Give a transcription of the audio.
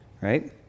right